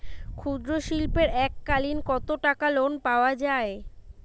ক্ষুদ্রশিল্পের এককালিন কতটাকা লোন পাওয়া য়ায়?